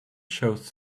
shows